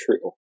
true